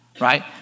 Right